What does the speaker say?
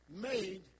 made